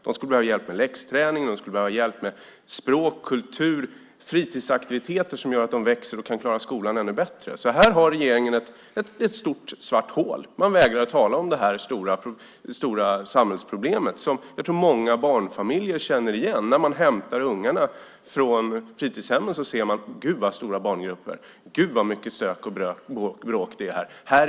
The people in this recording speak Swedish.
De skulle behöva ha hjälp med läxträning, de skulle behöva ha hjälp med språkkultur och fritidsaktiviteter som gör att de växer och kan klara skolan ännu bättre. Här har regeringen ett stort svart hål. De vägrar att tala om detta stora samhällsproblem som jag tror att många barnfamiljer känner igen. När man hämtar ungarna på fritidshemmen säger man: Gud, vilka stora barngrupper! Gud, vad mycket stök och bråk det är här!